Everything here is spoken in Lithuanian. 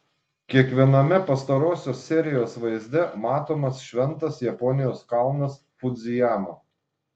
kiekviename pastarosios serijos vaizde matomas šventas japonijos kalnas fudzijama